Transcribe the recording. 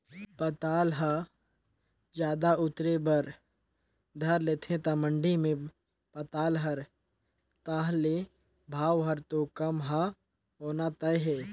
पताल ह जादा उतरे बर धर लेथे त मंडी मे पताल हर ताह ले भाव हर तो कम ह होना तय हे